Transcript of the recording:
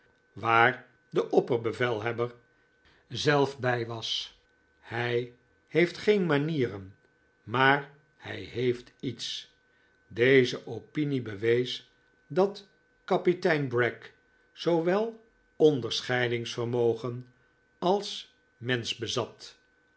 waar de opperbevelhebber zelf bij was hij heeft geen manieren maar hij heeft iets deze opinie bewees dat kapitein bragg zoowel onderscheidingsvermogen als mensch bezat